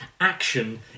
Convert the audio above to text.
action